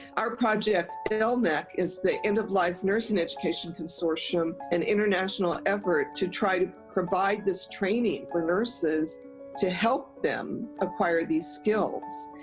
our project elnec is the end-of-life nursing education consortium, an international effort to try to provide this training for nurses to help them acquire these skills.